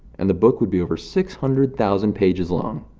and the book would be over six hundred thousand pages long.